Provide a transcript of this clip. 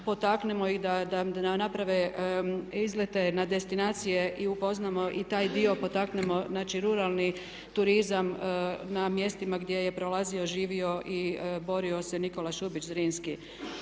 potaknemo i da naprave izlete na destinacije i upoznamo i taj dio, potaknemo znači ruralni turizam na mjestima gdje je prolazio, živio i borio se Nikola Šubić Zrinski.